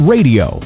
Radio